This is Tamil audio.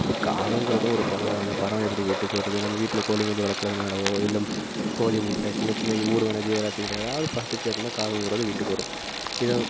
இப்போ காகங்கிறதும் ஒரு பறவை தான் அந்த பறவை எப்படி வீட்டுக்கு வருது நம்ம வீட்டில கோழிக்குஞ்சி வளக்கிறதுனாலவோ இல்லை கோழிமுட்ட சின்ன சின்ன ஊர்வன ஜீவராசிகள் ஏதாவது பார்த்துச்சி அப்படின்னா காகங்கிறது வீட்டுக்கு வரும் இது